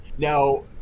Now